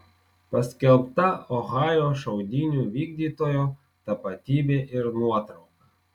paskelbta ohajo šaudynių vykdytojo tapatybė ir nuotrauka